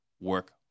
work